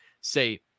say